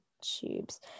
tubes